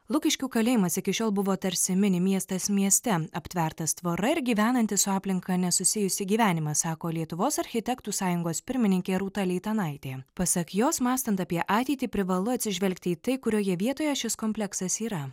lukiškių kalėjimas iki šiol buvo tarsi mini miestas mieste aptvertas tvora ir gyvenantis su aplinka nesusijusį gyvenimą sako lietuvos architektų sąjungos pirmininkė rūta leitanaitė pasak jos mąstant apie ateitį privalu atsižvelgti į tai kurioje vietoje šis kompleksas yra